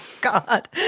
God